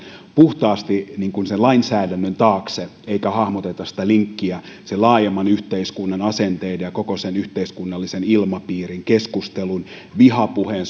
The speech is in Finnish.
puhtaasti sen lainsäädännön taakse eikä hahmoteta sitä linkkiä laajemman yhteiskunnan asenteiden koko yhteiskunnallisen ilmapiirin keskustelun ja vihapuheen